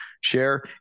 share